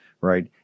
right